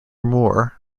moore